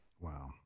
Wow